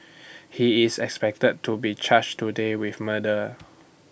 he is expected to be charged today with murder